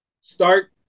start